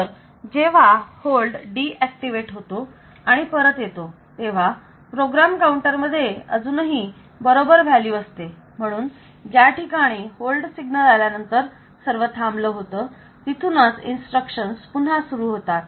तर जेव्हा hold deactivate होतो आणि परत येतो तेव्हा प्रोग्राम काउंटर मध्ये अजूनही बरोबर व्हॅल्यू असते म्हणून ज्या ठिकाणी होल्ड सिग्नल आल्यानंतर सर्व थांबलं होतं तिथूनच इन्स्ट्रक्शन्स पुन्हा सुरू होतात